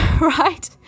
right